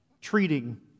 treating